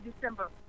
December